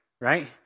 right